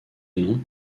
nom